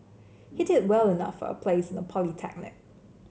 he did well enough for a place in a polytechnic